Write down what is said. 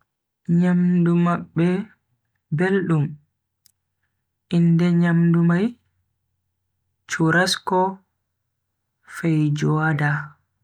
Nyamdu mabbe beldum, inde nyamdu mai churrasco, feijoada.